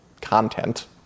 content